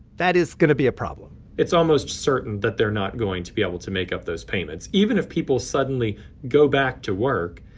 that is going be a problem it's almost certain that they're not going to be able to make up those payments. even if people suddenly go back to work,